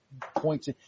points